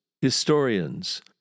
historians